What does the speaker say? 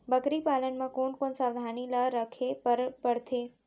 बकरी पालन म कोन कोन सावधानी ल रखे बर पढ़थे?